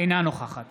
אינה נוכחת